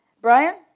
Brian